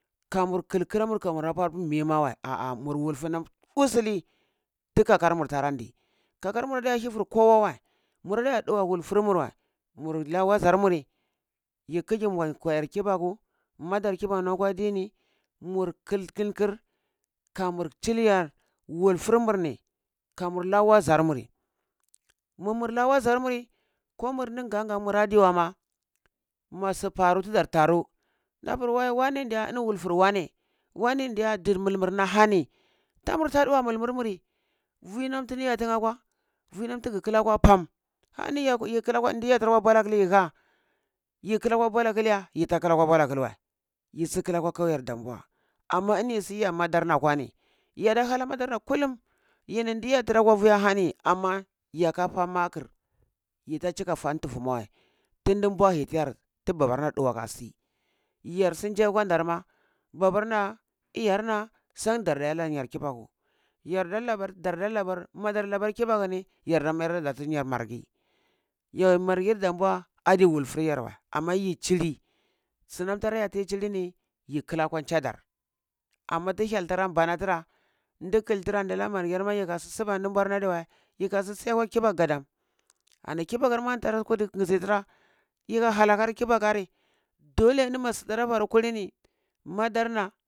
Kamur kil kara mur kamurapa mimawei ah ah mur wulfur nam usuli, ti kakar mur tara ndi, kakarmu da hivir kowa wa, marada ɗuwa wulfur wa mur la wazar muri yi kigyi koyar kibaku madar kibaku nam kwa di ni mur kilkirkil kamur chil yar wulfur mur ni kamur la wazar muri, mumur la wazar muri, ko mur nin nganga mura di wama, masu faru tidar taru dapur wane diya in wulfur wane, wane diya ndir mulmurna ahani tamur ta əuwa mulmul nuni vi nam tara yah tinye kwa vi nam tigi kla kwa pam, miya kla kwa ndi yah tira kwa bolakile yi gha yi kil kwa bolakil ya, yita kla kwa bolakil wəi, yi sikila kwa kauyer damboa, amma ini yisi yah madarna kwa ni yaa ha madarna kulum yini ndi yah tira kwa vi ahani amma ya ka fa makir yita chika fa ntutu ma wəi tundi mboli tiyar tu babarna əuwa ka si yar sun jai kwan da ma, babarna, iyar na san darda iya nyar kibaku yarda labar darda labar, madur labar kibaku ni yarda mayar tida ti nyar marghi yo marghi damboa adi wulfur yar wei amma yi chili sunan tara iya yi chilini yi kla kwa cha dar amma ti hyel tira mbanatira ndi kil tira di la marghi ma yikasu siba numbwarna adiwei yikasu siyawai kibaku gadam ani kibakur ma tara kudu ngizi tira doleni masu tara faru kulin madarna